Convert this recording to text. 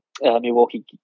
Milwaukee